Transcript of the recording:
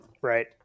Right